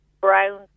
brown